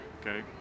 okay